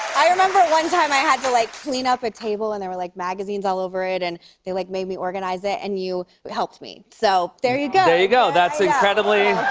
i remember, one time, i had to, like, clean up a table, and there were, like, magazines all over it, and they, like, made me organize it. and you helped me, so there you go. there you go. that's incredibly.